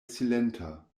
silenta